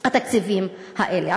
התקציבים האלה.